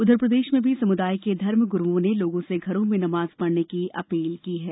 इधर प्रदेश में भी समुदाय के धर्मगुरुओं ने लोगों से घरों में नमाज पढ़ने की अपील की है